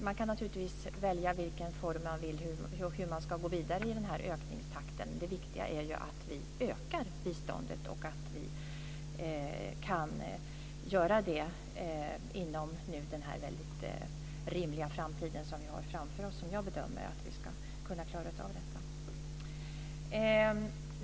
Man kan naturligtvis välja vilken form man vill och se hur man ska gå vidare i den här ökningstakten. Det viktiga är att vi ökar biståndet och att vi kan göra det inom den framtid då jag bedömer att vi rimligen ska kunna klara av det.